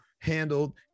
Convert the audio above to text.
handled